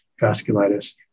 vasculitis